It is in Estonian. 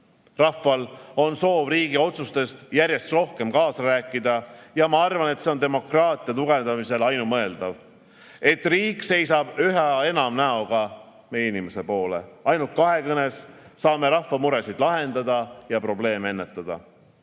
Rahval on soov riigi otsustes järjest rohkem kaasa rääkida. Ja ma arvan, et see on demokraatia tugevdamisel ainumõeldav, et riik seisab üha enam näoga meie inimeste poole. Ainult kahekõnes saame rahva muresid lahendada ja probleeme